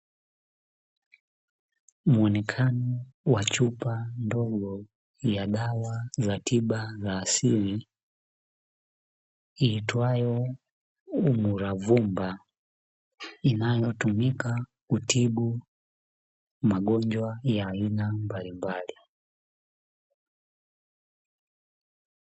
Muonekano wa chupa ndogo ya dawa za tiba za asili iitwayo umuravumba inayotumika kutibu magonjwa ya aina mbalimbali.